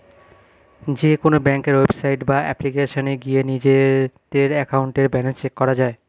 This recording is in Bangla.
যেকোনো ব্যাংকের ওয়েবসাইট বা অ্যাপ্লিকেশনে গিয়ে নিজেদের অ্যাকাউন্টের ব্যালেন্স চেক করা যায়